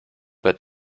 but